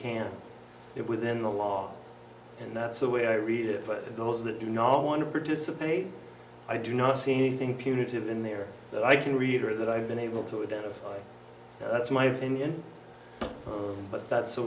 get within the law and that's the way i read it but those that do not want to participate i do not see anything punitive in there that i can read or that i've been able to identify that's my opinion but that's the